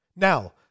Now